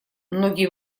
многие